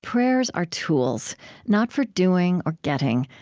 prayers are tools not for doing or getting,